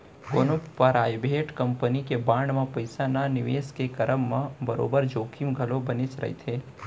कोनो private company के bond म पइसा न निवेस के करब म बरोबर जोखिम घलौ बनेच रहिथे